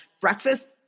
breakfast